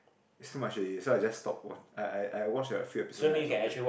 so much already so I just stop wat~ I I I watch a few episodes then I stop it